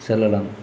செல்லலாம்